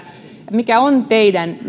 mikä on teidän